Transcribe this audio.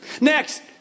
Next